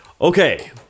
Okay